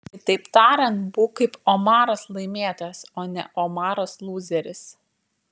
kitaip tariant būk kaip omaras laimėtojas o ne omaras lūzeris